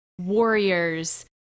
warriors